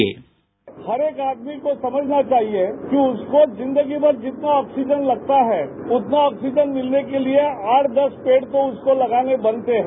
sound bite हर एक आदमी को समझना चाहिए कि उसको जिन्दगी भर जितना ऑक्सीजन लगता है उतना ऑक्सीजन मिलने के लिए आठ दस पेड तो उसको लगाने बनते हैं